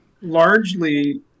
largely